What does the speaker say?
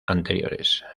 anteriores